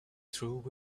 through